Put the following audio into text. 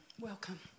Welcome